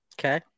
Okay